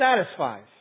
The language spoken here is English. satisfies